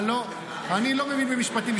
אתה לא מבין במשפטים.